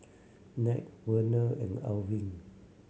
Nat Vernell and Arvin